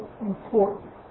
important